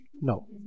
No